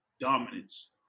dominance